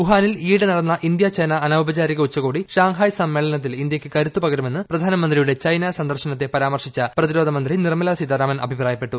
വുഹാനിൽ ഈയിടെ നടന്ന ഇന്ത്യ ചൈന അനൌപ്പചാരിക ഉച്ചകോടി ഷാങ്ഹായ് സമ്മേളനത്തിൽ ഇന്ത്യയ്ക്ക് കരുത്തുപകരുമെന്ന് പ്രധാനമന്ത്രിയുടെ ചൈനാ സന്ദർശനത്തെ പരാമർശിച്ച പ്രതിരോധ മന്ത്രി നിർമ്മലാ സീതാരാമൻ അഭിപ്രായപ്പെട്ടു